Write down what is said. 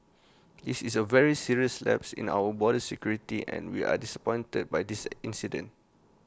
this is A very serious lapse in our border security and we are disappointed by this incident